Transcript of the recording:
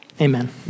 amen